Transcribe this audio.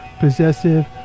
possessive